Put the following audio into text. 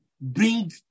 bring